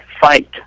fight